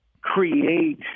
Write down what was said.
create